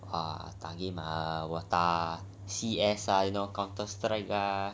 ah 打 game ah 我打 C_S ah you know counter strike ah